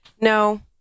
no